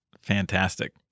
Fantastic